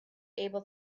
able